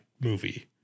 movie